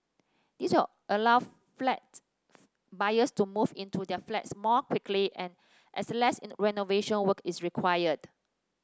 this will allow flat buyers to move into their flats more quickly and as less renovation work is required